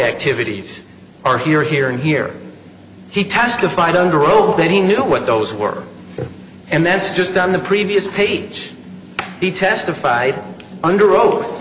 activities are here here and here he testified under oath that he knew what those were and that's just on the previous page he testified under oath